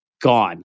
gone